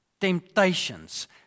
temptations